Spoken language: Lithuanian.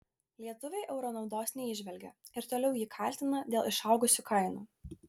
lietuviai euro naudos neįžvelgia ir toliau jį kaltina dėl išaugusių kainų